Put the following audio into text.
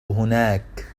هناك